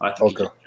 okay